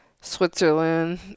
Switzerland